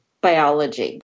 biology